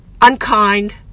unkind